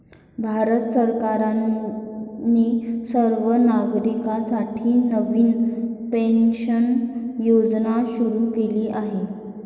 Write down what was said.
भारत सरकारने सर्व नागरिकांसाठी नवीन पेन्शन योजना सुरू केली आहे